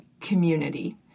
community